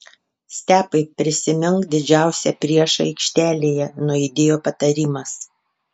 stepai prisimink didžiausią priešą aikštelėje nuaidėjo patarimas